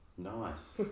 nice